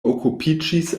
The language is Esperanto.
okupiĝis